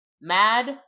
Mad